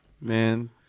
Man